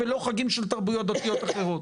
ולא חגים של תרבויות דתיות אחרות.